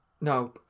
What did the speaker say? No